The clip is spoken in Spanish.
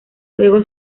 luego